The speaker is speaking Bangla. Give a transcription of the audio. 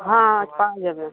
হ্যাঁ পাওয়া যাবে